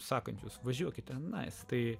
sakančius važiuokite nes tai